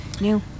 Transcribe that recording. new